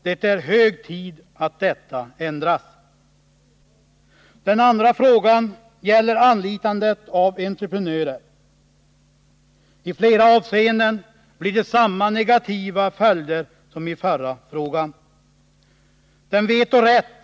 Det är hög tid att ändra på detta förhållande. Den andra frågan gäller anlitandet av entreprenörer. I flera avseenden blir det samma negativa följder som beträffande den förra frågan.